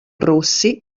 rossi